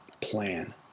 plan